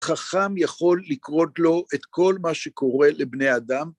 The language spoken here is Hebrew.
חכם יכול לקרות לו את כל מה שקורה לבני אדם?